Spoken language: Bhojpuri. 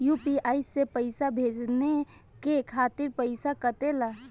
यू.पी.आई से पइसा भेजने के खातिर पईसा कटेला?